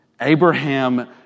Abraham